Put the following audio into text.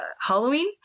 Halloween